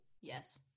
yes